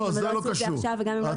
לא, זה לא קשור, התחולה.